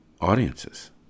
audiences